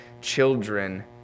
children